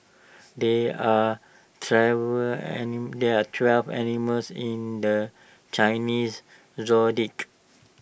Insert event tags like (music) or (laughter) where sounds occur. there are travel (unintelligible) there are twelve animals in the Chinese Zodiac